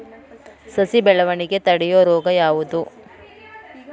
ಸಸಿ ಬೆಳವಣಿಗೆ ತಡೆಯೋ ರೋಗ ಯಾವುದು?